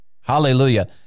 hallelujah